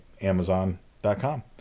amazon.com